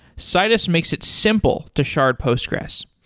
citus makes it simple to shard postgres.